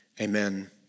amen